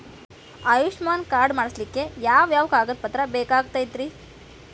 Ayushman card ಮಾಡ್ಸ್ಲಿಕ್ಕೆ ಯಾವ ಯಾವ ಕಾಗದ ಪತ್ರ ಬೇಕಾಗತೈತ್ರಿ?